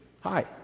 Hi